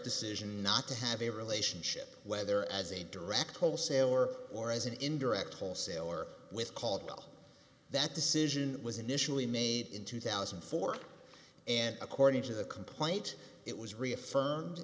decision not to have a relationship whether as a direct wholesaler or as an indirect wholesaler with caldwell that decision was initially made in two thousand and four and according to the complaint it was reaffirmed